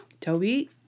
Toby